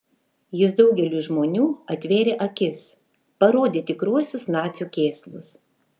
jis daugeliui žmonių atvėrė akis parodė tikruosius nacių kėslus